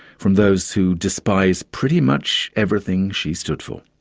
from those who despise pretty much everything she stood for.